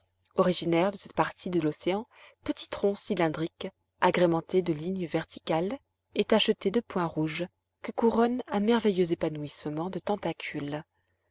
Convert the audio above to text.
originaire de cette partie de l'océan petit tronc cylindrique agrémenté de lignes verticales et tacheté de points rouges que couronne un merveilleux épanouissement de tentacules